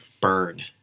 burn